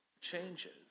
changes